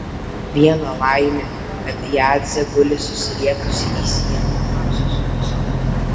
viena laimė kad jadzė guli susirietusi į sieną nusisukusi